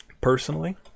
personally